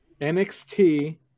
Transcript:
nxt